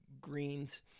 greens